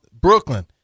Brooklyn